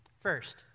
first